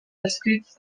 escrits